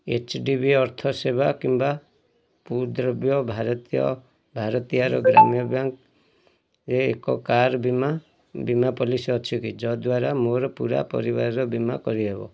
H D B ଅର୍ଥ ସେବା କିମ୍ବା ପୂଦ୍ରବ୍ୟ ଭାରତୀୟ ଭାରତୀୟାର ଗ୍ରାମ୍ୟ ବ୍ୟାଙ୍କ୍ରେ ଏକ କାର୍ ବୀମା ବୀମା ପଲିସି ଅଛି କି ଯଦ୍ଵାରା ମୋର ପୂରା ପରିବାରର ବୀମା କରି ହେବ